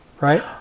right